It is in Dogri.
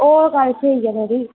ओह् गल्ल स्हेई ऐ थुआढ़ी